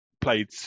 played